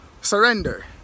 surrender